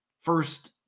first